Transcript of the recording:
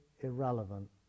irrelevant